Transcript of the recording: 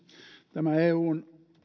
tämä eun